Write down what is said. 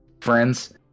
friends